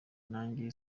nanjye